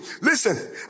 Listen